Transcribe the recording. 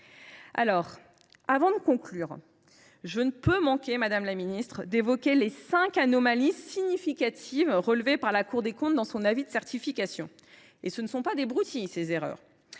Avant de conclure, je ne peux manquer, madame la ministre, d’évoquer les cinq « anomalies significatives » relevées par la Cour des comptes dans son avis de certification. Ce ne sont pas des broutilles. La première